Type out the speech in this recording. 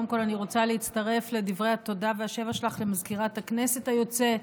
אני רוצה להצטרף לדברי התודה והשבח שלך למזכירת הכנסת היוצאת,